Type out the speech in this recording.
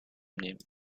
nehmen